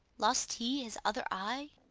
lost he his other eye?